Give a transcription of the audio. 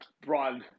broad